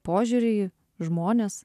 požiūrį į žmones